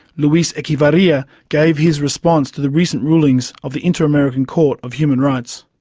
luis echevarria gave his response to the recent rulings of the inter-american court of human rights.